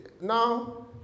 Now